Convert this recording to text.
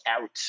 out